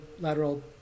lateral